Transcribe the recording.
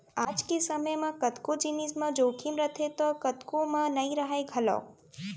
आज के समे म कतको जिनिस म जोखिम रथे तौ कतको म नइ राहय घलौक